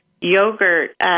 yogurt